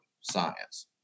science